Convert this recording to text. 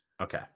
Okay